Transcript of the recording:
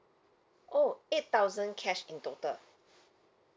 oh eight thousand cash in total